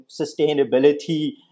sustainability